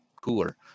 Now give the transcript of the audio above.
cooler